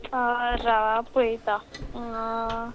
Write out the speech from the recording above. राव आं पयता